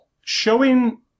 showing